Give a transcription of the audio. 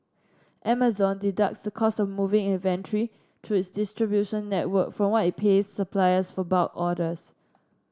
Amazon deducts the cost of moving inventory through its distribution network from what it pays suppliers for bulk orders